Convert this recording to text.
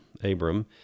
Abram